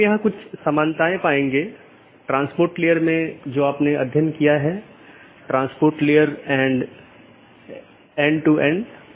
यह एक बड़े आईपी नेटवर्क या पूरे इंटरनेट का छोटा हिस्सा है